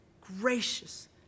gracious